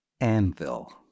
Anvil